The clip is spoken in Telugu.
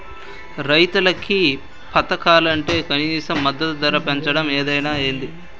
రైతులకి పథకాలంటరు కనీస మద్దతు ధర పెంచరు ఏదైతే ఏంది